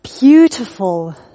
beautiful